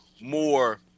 more